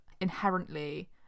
inherently